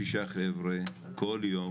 שישה חבר'ה כל יום.